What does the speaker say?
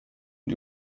und